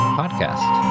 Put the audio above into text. podcast